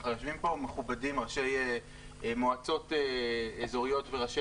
אנחנו יושבים כאן עם ראשי מועצות אזוריות וראשי